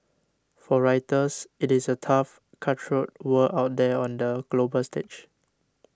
for writers it is a tough cutthroat world out there on the global stage